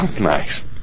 Nice